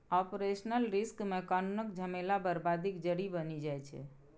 operational risk मे कानुनक झमेला बरबादीक जरि बनि जाइ छै